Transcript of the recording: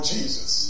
Jesus